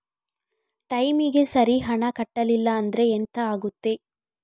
ಟೈಮಿಗೆ ಸರಿ ಹಣ ಕಟ್ಟಲಿಲ್ಲ ಅಂದ್ರೆ ಎಂಥ ಆಗುತ್ತೆ?